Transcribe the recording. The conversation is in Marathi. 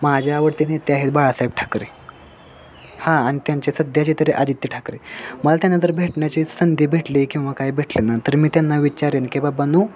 माझे आवडते नेते आहेत बाळासाहेब ठाकरे हो आणि त्यांचे सध्याचे तरी आदित्य ठाकरे मला त्यांना जर भेटण्याची संधी भेटली किंवा काय भेटलं ना तर मी त्यांना विचारेन की बाबांनो